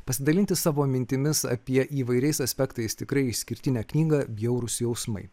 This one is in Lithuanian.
pasidalinti savo mintimis apie įvairiais aspektais tikrai išskirtinę knygą bjaurūs jausmai